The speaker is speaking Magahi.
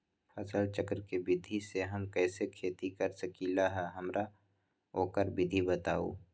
फसल चक्र के विधि से हम कैसे खेती कर सकलि ह हमरा ओकर विधि बताउ?